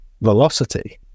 velocity